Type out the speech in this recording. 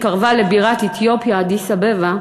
התקרבה לבירת אתיופיה אדיס-אבבה,